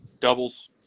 Doubles